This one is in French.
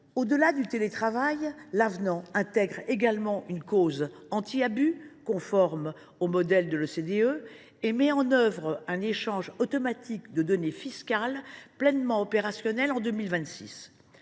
Au delà du télétravail, l’avenant intègre également une clause anti abus conforme au modèle de l’OCDE et met en œuvre un échange automatique de données fiscales qui sera pleinement opérationnel en 2026.